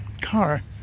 car